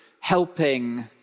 helping